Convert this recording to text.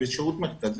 בשירות מרכזי.